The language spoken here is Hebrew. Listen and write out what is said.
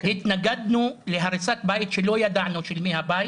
התנגדנו להריסת בית כשלא ידענו של מי הבית.